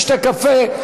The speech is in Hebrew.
ישתה קפה.